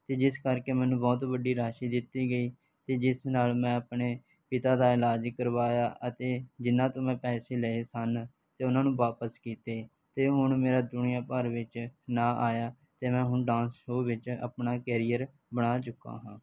ਅਤੇ ਜਿਸ ਕਰਕੇ ਮੈਨੂੰ ਬਹੁਤ ਵੱਡੀ ਰਾਸ਼ੀ ਦਿੱਤੀ ਗਈ ਅਤੇ ਜਿਸ ਨਾਲ ਮੈਂ ਆਪਣੇ ਪਿਤਾ ਦਾ ਇਲਾਜ ਕਰਵਾਇਆ ਅਤੇ ਜਿਹਨਾਂ ਤੋਂ ਮੈਂ ਪੈਸੇ ਲਏ ਸਨ ਅਤੇ ਉਹਨਾਂ ਨੂੰ ਵਾਪਿਸ ਕੀਤੇ ਅਤੇ ਹੁਣ ਮੇਰਾ ਦੁਨੀਆਂ ਭਰ ਵਿੱਚ ਨਾਂ ਆਇਆ ਅਤੇ ਮੈਂ ਹੁਣ ਡਾਂਸ ਸ਼ੋਅ ਵਿੱਚ ਆਪਣਾ ਕੈਰੀਅਰ ਬਣਾ ਚੁੱਕਾ ਹਾਂ